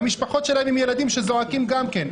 והמשפחות שלהם עם ילדים שזועקים גם כן.